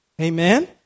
Amen